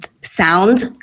sound